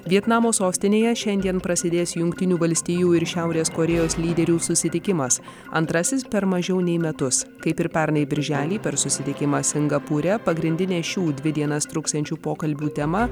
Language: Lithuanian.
vietnamo sostinėje šiandien prasidės jungtinių valstijų ir šiaurės korėjos lyderių susitikimas antrasis per mažiau nei metus kaip ir pernai birželį per susitikimą singapūre pagrindinė šių dvi dienas truksiančių pokalbių tema